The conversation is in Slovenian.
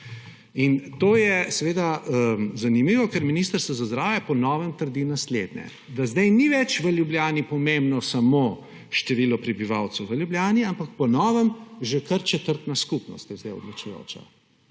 In to je seveda zanimivo, ker Ministrstvo za zdravje po novem trdi naslednje, da zdaj ni več v Ljubljani pomembno samo število prebivalcev v Ljubljani, ampak je zdaj po novem že kar četrtna skupnost odločujoča,